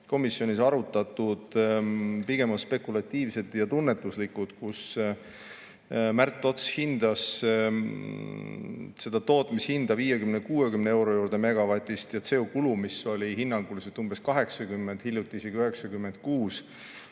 komisjonis arutatud, on pigem spekulatiivsed ja tunnetuslikud. Märt Ots hindas selle tootmishinna 50–60 euro juurde megavati eest ja CO2kulu, mis oli hinnanguliselt umbes 80, hiljuti 96,